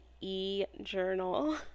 e-journal